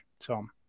Tom